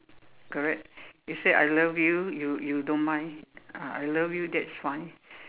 correct you say I love you you you don't mind ah I love you that's fine